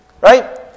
right